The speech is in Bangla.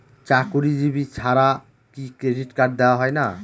চাকুরীজীবি ছাড়া কি ক্রেডিট কার্ড দেওয়া হয় না?